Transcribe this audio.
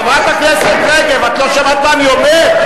חברת הכנסת רגב, את לא שמעת מה אני אומר?